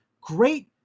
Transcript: great